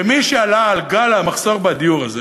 ומי שעלה על גל המחסור בדיור הזה,